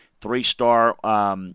three-star